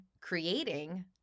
creating